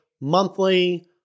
monthly